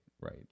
right